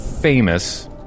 famous